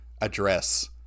address